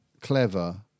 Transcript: clever